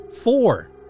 Four